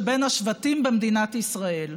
כי הגזמתם לגמרי.